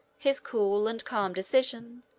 his cool and calm decision,